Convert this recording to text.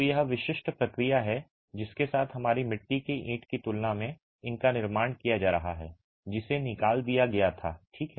तो यह वह विशिष्ट प्रक्रिया है जिसके साथ हमारी मिट्टी की ईंट की तुलना में इनका निर्माण किया जा रहा है जिसे निकाल दिया गया था ठीक है